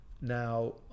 Now